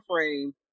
frame